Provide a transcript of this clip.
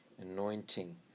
anointing